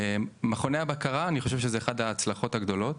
מכוני הבקרה, אני חושב שזו אחת ההצלחות הגדולות.